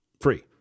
Free